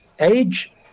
age